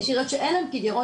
יש עיריות שאין להן כיכרות,